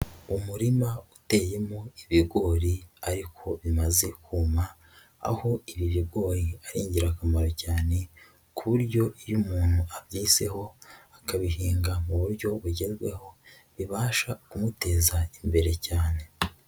Umurima uteyemo ibigori ariko bimaze kuma, aho ibi bigori ari ingirakamaro cyane ku buryo iyo umuntu abyizeho, akabihinga mu buryo bugezweho bibasha kumuteza imbere cyane.